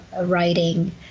writing